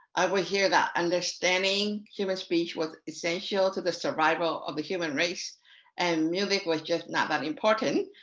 i would hear that understanding human speech was essential to the survival of the human race and music was just not that important.